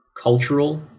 cultural